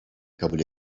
kabul